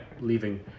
leaving